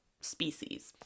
species